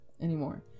anymore